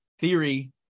theory